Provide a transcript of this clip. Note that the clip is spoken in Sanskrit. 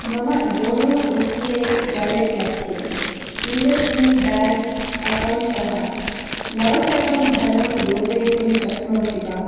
मम YONO S B I wallet मध्ये इण्डस् इण्ड् बेङ्क् अक्कौण्ट् इत्यस्मात् नवशतं धनं योजयितुं शक्नोषि वा